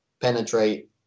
penetrate